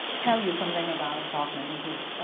tell you something about faulkner which is